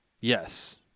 Yes